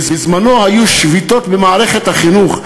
בזמנו היו שביתות במערכת החינוך,